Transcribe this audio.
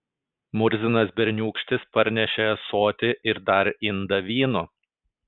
murzinas berniūkštis parnešė ąsotį ir dar indą vyno